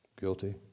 Guilty